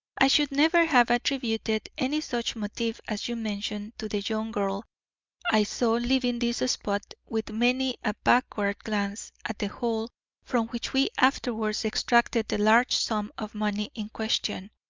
i should never have attributed any such motive as you mention to the young girl i saw leaving this spot with many a backward glance at the hole from which we afterwards extracted the large sum of money in question.